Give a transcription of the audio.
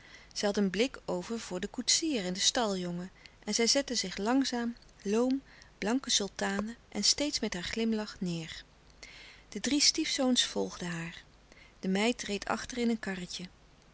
had een blik over voor den koetsier en den staljongen en zij zette zich langzaam loom blanke sultane en steeds met haar glimlach neêr de drie stiefzoons volgden louis couperus de stille kracht haar de meid reed achter in een karretje